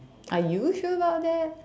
are you sure about that